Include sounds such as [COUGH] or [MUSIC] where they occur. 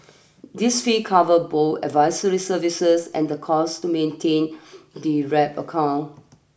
this fee cover bow advisory services and the cost to maintain [NOISE] the wrap account